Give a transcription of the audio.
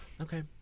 Okay